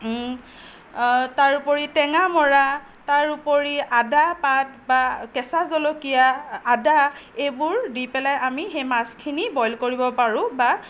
তাৰোপৰি টেঙামৰা তাৰোপৰি আদা পাত বা কেচাঁ জলকীয়া আদা এইবোৰ দি পেলায় আমি সেই মাছখিনি বইল কৰিব পাৰোঁ বা